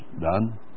done